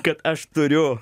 kad aš turiu